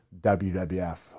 WWF